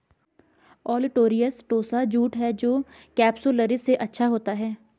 olitorius tossa jute है जो capsularis से अच्छा होता है